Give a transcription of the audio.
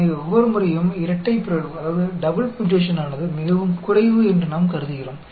எனவே ஒவ்வொரு முறையும் இரட்டை பிறழ்வானது மிகவும் குறைவு என்று நாம் கருதுகிறோம்